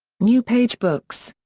new page books.